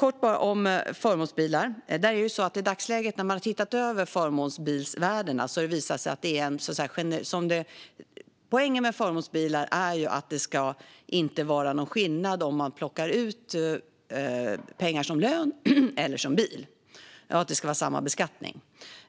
Poängen med förmånsbilar är att det inte ska vara samma beskattning oavsett om man plockar ut pengar som lön eller som bil.